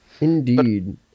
Indeed